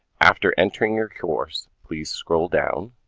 after entering your course, please scroll down